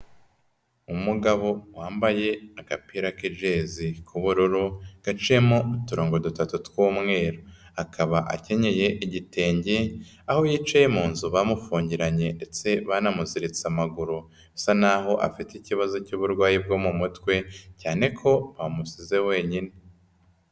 Umugabo wambaye agapira k'ijezi k'ubururu gaciyemo uturongo dutatu tw'umweru, akaba akenyeye igitenge, aho yicaye mu nzu bamufungiranye ndetse banamuziritse amaguru bisa naho afite ikibazo cy'uburwayi bwo mu mutwe cyane ko bamusize wenyine.